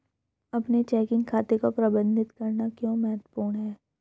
अपने चेकिंग खाते को प्रबंधित करना क्यों महत्वपूर्ण है?